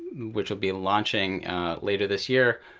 which we'll be launching later this year,